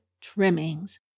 trimmings